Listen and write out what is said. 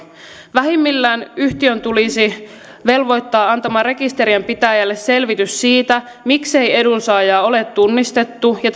vähimmillään yhtiö tulisi velvoittaa antamaan rekisterien pitäjälle selvitys siitä miksei edunsaajaa ole tunnistettu ja